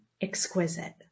exquisite